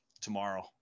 tomorrow